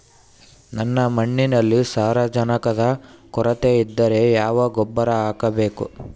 ನನ್ನ ಮಣ್ಣಿನಲ್ಲಿ ಸಾರಜನಕದ ಕೊರತೆ ಇದ್ದರೆ ಯಾವ ಗೊಬ್ಬರ ಹಾಕಬೇಕು?